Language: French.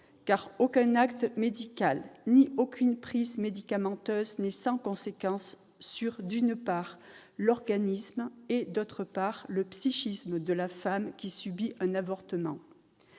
Aucun acte médical ni aucune prise médicamenteuse ne sont sans conséquence sur, d'une part, l'organisme et, d'autre part, le psychisme de la femme qui subit un avortement.